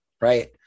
right